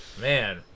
Man